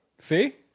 See